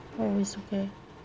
oh it's okay